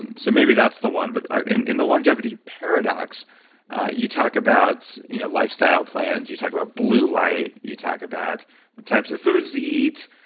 and so maybe that's the one but ah in in the longevity paradox you talk about you know lifestyle plans, you talk about blue light, you talk about the types of foods to eat,